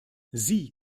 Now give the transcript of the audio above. sie